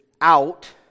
out